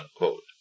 unquote